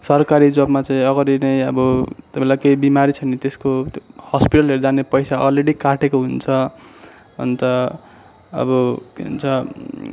सरकारी जबमा चाहिँ अगाडि नै अब तपाईँलाई केही बिमारी छ भने त्यसको हस्पिटलहरू जाने पैसा अलरेडी काटेको हुन्छ अन्त अब के भन्छ